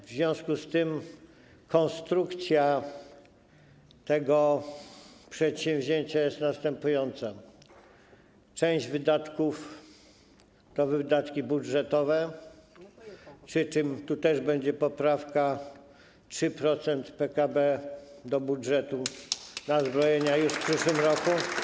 W związku z tym konstrukcja tego przedsięwzięcia jest następująca: część wydatków to wydatki budżetowe, przy czym tu też będzie poprawka - 3% PKB do budżetu na zbrojenia już w przyszłym roku.